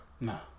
No